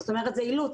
זאת אומרת זה אילוץ.